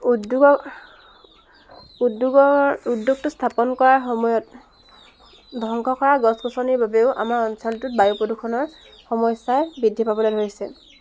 উদ্যোগৰ উদ্যোগৰ উদ্যোগটো স্থাপন কৰাৰ সময়ত ধ্বংস কৰা গছ গছনিৰ বাবেও আমাৰ অঞ্চলটোত বায়ু প্ৰদূষণৰ সমস্যাই বৃদ্ধি পাবলৈ ধৰিছে